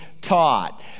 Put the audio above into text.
taught